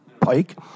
pike